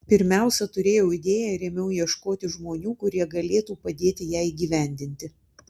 pirmiausia turėjau idėją ir ėmiau ieškoti žmonių kurie galėtų padėti ją įgyvendinti